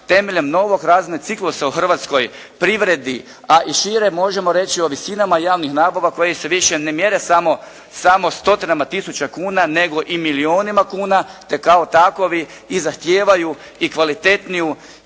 temeljem novog razvojnog ciklusa u hrvatskoj privredi, a i šire, možemo reći u visinama javnih nabava koje se više ne mjere samo stotinama tisućama kuna, nego i milijunima kuna te kao takovi i zahtijevaju i kvalitetniju